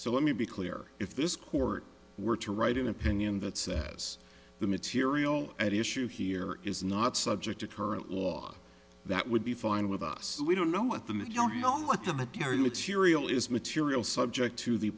so let me be clear if this court were to write an opinion that says the material at issue here is not subject to current law that would be fine with us we don't know what the majority know what the mature material is material subject to the